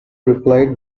replied